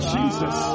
Jesus